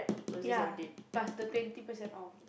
ya plus the twenty percent off